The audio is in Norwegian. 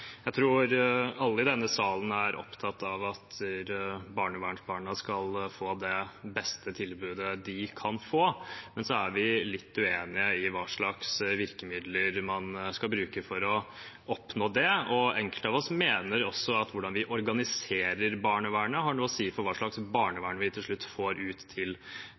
Jeg tror alle i denne salen er opptatt av at barnevernsbarna skal få det beste tilbudet de kan få, men så er vi litt uenige om hva slags virkemidler man skal bruke for å oppnå det. Enkelte av oss mener også at hvordan vi organiserer barnevernet, har noe å si for hva slags barnevern vi til slutt får ut til